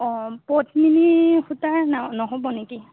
অঁ পদ্মিনী সূতাৰ না নহ'ব নেকি